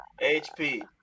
HP